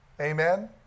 Amen